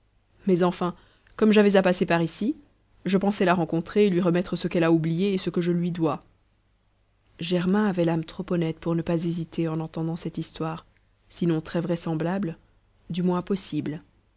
mais enfin comme j'avais à passer par ici je pensais la rencontrer et lui remettre ce qu'elle a oublié et ce que je lui dois germain avait l'âme trop honnête pour ne pas hésiter en entendant cette histoire sinon très vraisemblable du moins possible